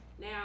Now